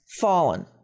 fallen